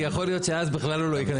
כי יכול להיות שאז בכלל הוא לא ייכנס.